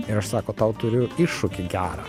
ir aš sako tau turiu iššūkį gerą